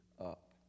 up